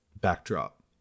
backdrop